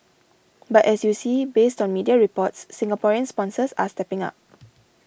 but as you see based on media reports Singaporean sponsors are stepping up